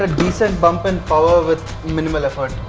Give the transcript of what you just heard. ah decent bump and power with minimal effort.